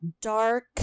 dark